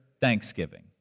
Thanksgiving